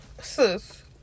sis